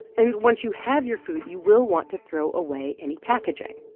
and once you have your food, you will want to throw away any packaging.